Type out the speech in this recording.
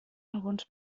alguns